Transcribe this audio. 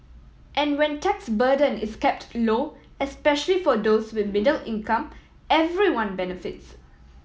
and when tax burden is kept low especially for those with middle income everyone benefits